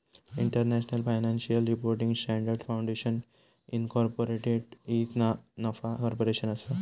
international financial reporting standards foundation incorporated ही ना नफा कॉर्पोरेशन असा